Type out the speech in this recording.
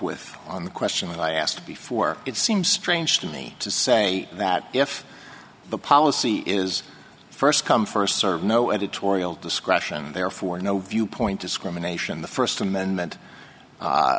with on the question i asked before it seems strange to me to say that if the policy is first come first serve no editorial discretion and therefore no viewpoint discrimination the first amendment